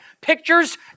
Pictures